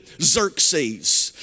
Xerxes